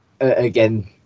again